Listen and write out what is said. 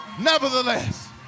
nevertheless